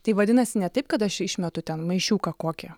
tai vadinasi ne taip kad aš išmetu ten maišiuką kokį